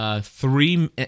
Three